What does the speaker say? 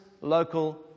local